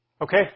Okay